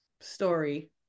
story